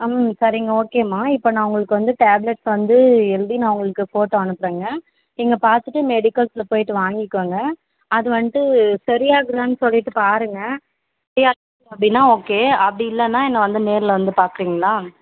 ஆமாம் சரிங்க ஓகேம்மா இப்போ நான் உங்களுக்கு வந்து டேப்லெட்ஸ் வந்து எழுதி நான் உங்களுக்கு ஃபோட்டோ அனுப்புறேங்க நீங்கள் பார்த்துட்டு மெடிக்கல்ஸ்ஸை போயிட்டு வாங்கிக்கோங்க அது வந்துட்டு சரியாகுதான்னு சொல்லிவிட்டு பாருங்கள் சரியாயிட்டு அப்படின்னா ஓகே அப்படி இல்லைன்னா என்ன வந்து நேரில் வந்து பார்க்குறிங்களா